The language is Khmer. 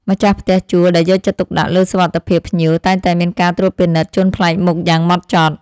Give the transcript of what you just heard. ម្ចាស់ផ្ទះជួលដែលយកចិត្តទុកដាក់លើសុវត្ថិភាពភ្ញៀវតែងតែមានការត្រួតពិនិត្យជនប្លែកមុខយ៉ាងហ្មត់ចត់។